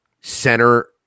center